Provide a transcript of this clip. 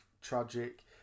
tragic